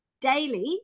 daily